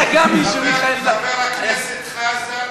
חבר הכנסת חזן